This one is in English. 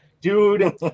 Dude